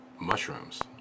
mushrooms